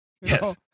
yes